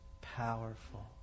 powerful